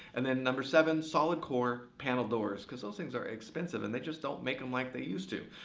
and then number seven solid core paneled doors, because those things are expensive and they just don't make them like they used to.